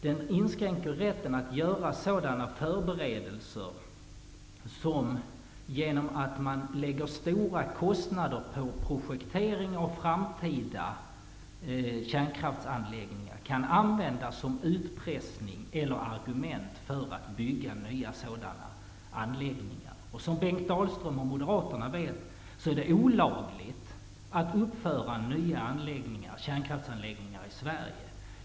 Den inskränker rätten att göra sådana förberedelser som, genom att stora kostnader läggs på projektering av framtida kärnkraftsanläggningar, kan användas som utpressning eller argument för att bygga nya sådana anläggningar. Som Bengt Dalström och Moderaterna vet, är det olagligt att uppföra nya kärnkraftsanläggningar i Sverige.